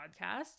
podcast